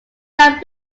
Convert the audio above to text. that